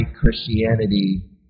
Christianity